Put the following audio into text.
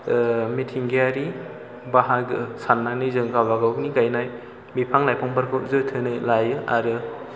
मिथिंगायरि बाहागो साननानै जों गाबागावनि गायनाय बिफां लाइफांफोरखौ जोथोनै लायो आरो